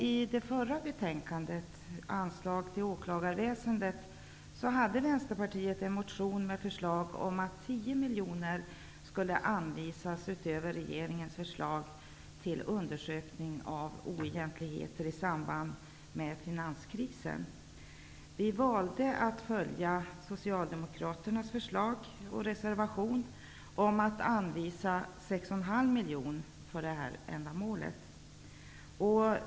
I det förra betänkande som behandlades, om anslag till åklagarväsendet, hade Vänsterpartiet en motion med förslag om att 10 miljoner skulle anvisas utöver regeringens förslag till undersökning av oegentligheter i samband med finanskrisen. Vi valde att följa Socialdemokraternas förslag och reservation om att anvisa sex och en halv miljon för det ändamålet.